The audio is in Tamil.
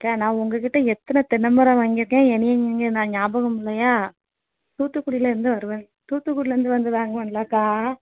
அக்கா நான் உங்கள்கிட்ட எத்தனை தென்னை மரம் வாங்கியிருக்கேன் என்னையை நீங்கள் நான் ஞாபகம் இல்லையா தூத்துக்குடிலேருந்து வருவேன் தூத்துக்குடிலேருந்து வந்து வாங்குவேன்ல அக்கா